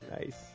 Nice